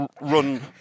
run